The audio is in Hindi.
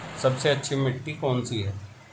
सबसे अच्छी मिट्टी कौन सी है?